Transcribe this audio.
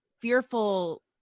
fearful